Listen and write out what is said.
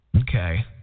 Okay